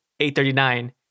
839